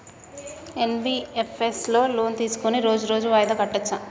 NBFS లో loan తీస్కొని రోజు రోజు వాయిదా కట్టచ్ఛా?